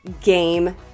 game